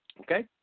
Okay